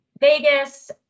vegas